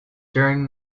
during